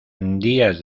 días